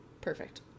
Perfect